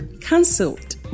Cancelled